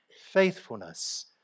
Faithfulness